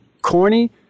Corny